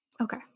Okay